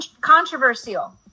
controversial